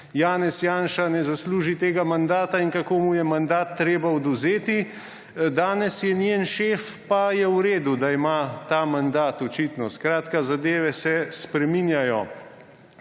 Janez Janša ne zasluži tega mandata in kako mu je mandat treba odvzeti. Danes je njen šef pa je v redu, da ima ta mandat, očitno. Skratka, zadeve se spreminjajo.